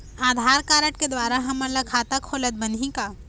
आधार card के द्वारा हमन ला खाता खोलत बनही का?